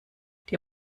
die